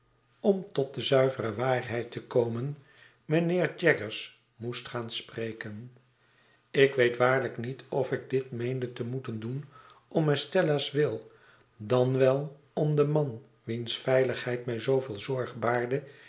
om tot de zuivere waarheid te komen mijnheer jaggers moest gaan spreken ik weet waarlijk niet of ik dit meende te moeten doen om estella's wil dan wel om den man wiens veiligheid mij zooveel zorg baarde